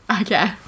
Okay